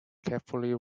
carefully